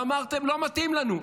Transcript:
ואמרתם: לא מתאים לנו.